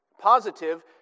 positive